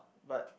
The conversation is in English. but